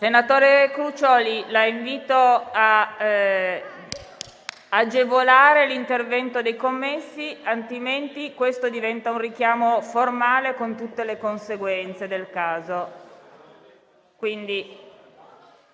Senatore Crucioli, la invito ad agevolare l'intervento degli assistenti, altrimenti questo diventa un richiamo formale, con tutte le conseguenze del caso.